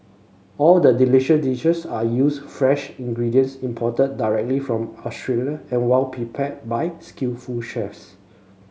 all the delicious dishes are used fresh ingredients imported directly from Australia and well prepared by skillful chefs